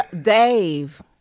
Dave